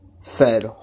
Fed